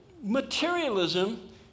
materialism